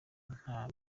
nta